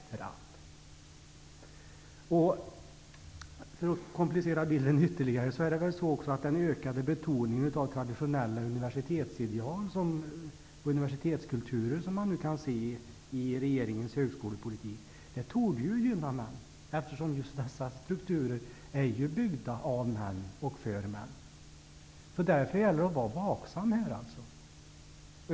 För att komplicera bilden ytterligare torde väl också den ökade betoningen av traditionella universitetsideal och universitetskulturer, som man nu kan se i regeringens högskolepolitik, gynna män, eftersom dessa strukturer är byggda av män och för män. Därför gäller det att vara vaksam här.